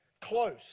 close